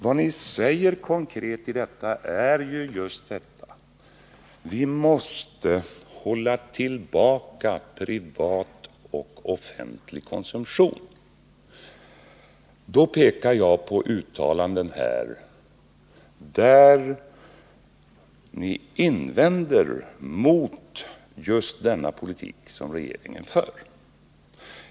Vad ni säger konkret i reservationen är ju just detta att vi måste hålla tillbaka privat och offentlig konsumtion. Då pekar jag på uttalanden som ni gjort här och i vilka ni invänt mot just denna politik, som regeringen för.